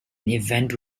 event